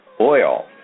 oil